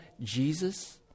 Jesus